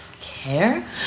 care